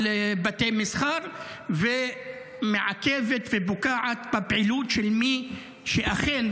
בתי מסחר ומעכבת ופוגעת בפעילות של מי שכן,